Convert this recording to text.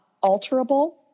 alterable